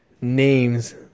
names